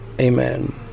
Amen